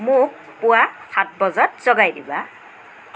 মোক পুৱা সাত বজাত জগাই দিবা